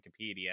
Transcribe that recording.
Wikipedia